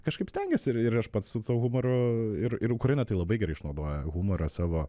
kažkaip stengiasi ir ir aš pats su tuo humoru ir ir ukraina tai labai gerai išnaudoja humorą savo